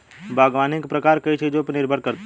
बागवानी के प्रकार कई चीजों पर निर्भर करते है